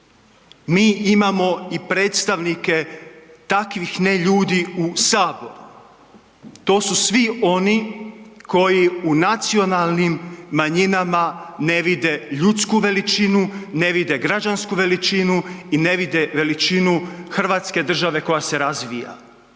Mi imamo i predstavnike i takvih ne ljudi u saboru. To su svi oni koji u nacionalnim manjinama ne vide ljudsku veličinu, ne vide građansku veličinu i ne vide veličinu hrvatske države koja se razvija.